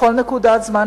בכל נקודת זמן,